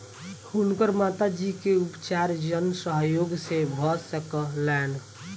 हुनकर माता जी के उपचार जन सहयोग से भ सकलैन